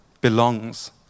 belongs